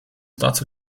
dazu